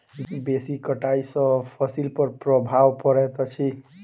बेसी कटाई सॅ फसिल पर प्रभाव पड़ैत अछि